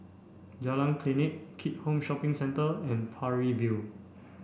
Jalan Klinik Keat Hong Shopping Centre and Parry View